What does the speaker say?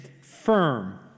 firm